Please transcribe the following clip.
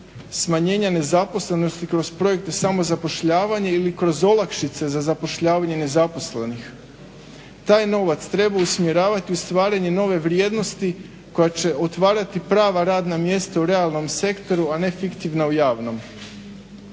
smanjenja nezaposlenosti kroz projekte samozapošljavanja ili kroz olakšice za zapošljavanje nezaposlenih. Taj novac treba usmjeravati u stvaranje nove vrijednosti koja će otvarati prava radna mjesta u realnom sektoru, a ne fiktivna u javnom.